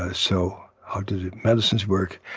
ah so how did the medicines work?